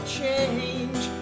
change